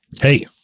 hey